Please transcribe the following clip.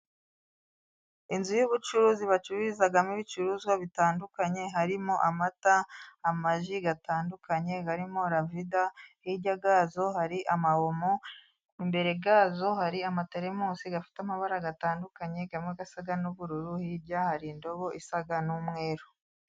Inzu y'ubucuruzi bacururizamo ibicuruzwa bitandukanye harimo amata, amaji atandukanye, harimo lavida hirya yazo hari ama omo, imbere yazo hari amatelemusi, afite amabara atandukanye, amwe asa n'ubururu, hirya hari indobo isa n'umweru.